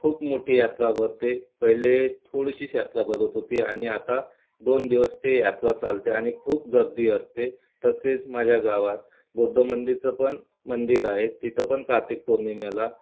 खूप मोठी यात्रा भरते पहिले थोडीशीच यात्रा भरत होती आणि आता दोन दिवस ते यात्रा चालते आणि खूप गर्दी असते तसेच माझ्या गावात बौद्ध मंदिरचं पण मंदिर आहे तिथं पण कार्तिक पौर्णिमेला